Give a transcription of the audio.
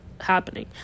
happening